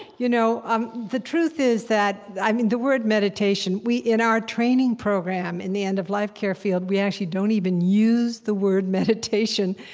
you know um the truth is that i mean the word meditation in our training program in the end-of-life care field, we actually don't even use the word meditation,